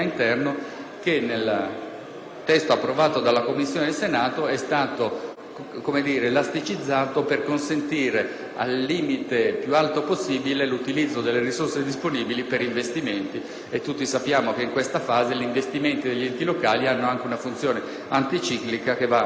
nel testo approvato in Commissione al Senato è stato, per così dire, elasticizzato per consentire al limite più alto possibile l'utilizzo delle risorse disponibili per investimenti. E tutti sappiamo che in questa fase gli investimenti degli enti locali hanno anche una funzione anticiclica che va assolutamente assicurata.